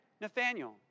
Nathaniel